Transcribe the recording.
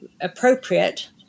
appropriate